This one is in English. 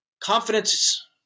confidence –